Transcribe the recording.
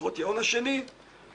לעניין זה,